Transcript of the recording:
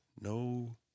no